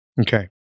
Okay